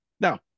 Now